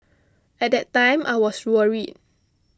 at that time I was worried